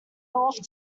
north